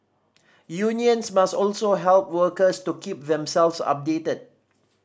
unions must also help workers to keep themselves updated